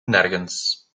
nergens